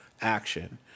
action